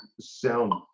sound